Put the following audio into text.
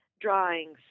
drawings